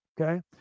Okay